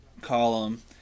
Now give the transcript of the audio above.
column